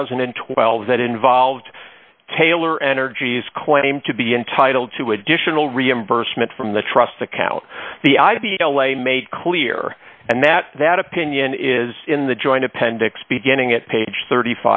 thousand and twelve that involved taylor energy's claim to be entitled to additional reimbursement from the trust account the i b l a made clear and that that opinion is in the joint appendix beginning at page th